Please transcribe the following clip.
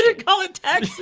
yeah call it, taxi.